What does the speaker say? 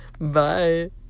bye